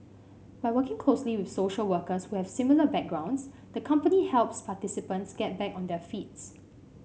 by working closely with social workers who have similar backgrounds the company helps participants get back on their feet